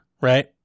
right